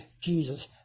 Jesus